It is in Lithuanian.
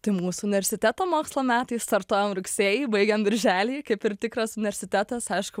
tai mūsų universiteto mokslo metai startavom rugsėjį baigiam birželį kaip ir tikras universitetas aišku